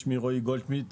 שמי רועי גולדשמידט,